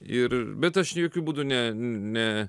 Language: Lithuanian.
ir bet aš čia jokiu būdu ne ne